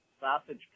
sausage